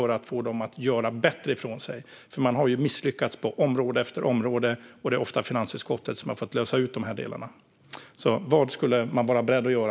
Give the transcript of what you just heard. Regeringen har ju misslyckats på område efter område, och det är ofta finansutskottet som har fått lösa ut de här delarna. Vad skulle man vara beredd att göra?